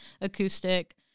acoustic